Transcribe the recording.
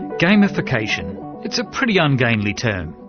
gamification it's a pretty ungainly term.